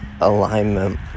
alignment